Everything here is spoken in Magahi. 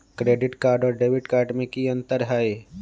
क्रेडिट कार्ड और डेबिट कार्ड में की अंतर हई?